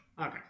Okay